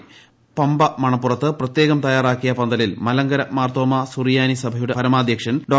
മാരാമൺ പമ്പ മണപ്പുറത്ത് പ്രത്യേകം തയ്യാറാക്കിയ പന്തലിൽ മലങ്കര മാർത്തോമ സുറിയാനി സഭയുടെ പരമാധ്യക്ഷൻ ഡോ